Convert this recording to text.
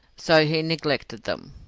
so he neglected them.